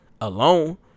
Alone